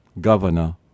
Governor